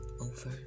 over